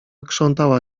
krzątała